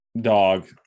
dog